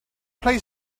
play